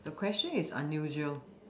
the question is unusual